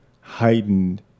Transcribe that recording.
heightened